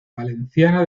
valenciana